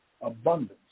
abundance